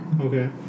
Okay